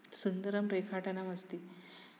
सुन्दरं रेखाटनमस्ति